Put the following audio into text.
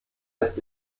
ist